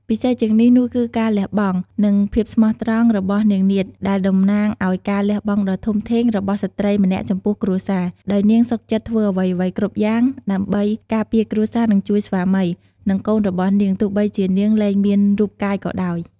ពិសេសជាងនេះនោះគឺការលះបង់ និងភាពស្មោះត្រង់របស់នាងនាថដែលតំណាងឱ្យការលះបង់ដ៏ធំធេងរបស់ស្ត្រីម្នាក់ចំពោះគ្រួសារ ដោយនាងសុខចិត្តធ្វើអ្វីៗគ្រប់យ៉ាងដើម្បីការពារគ្រួសារ និងជួយស្វាមី និងកូនរបស់នាង ទោះបីជានាងលែងមានរូបកាយក៏ដោយ ។